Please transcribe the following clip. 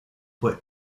fue